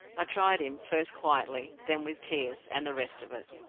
i tried him, first quietly then with tears, and the rest of it.